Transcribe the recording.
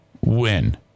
Win